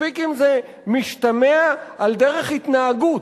מספיק אם זה משתמע מדרך התנהגות.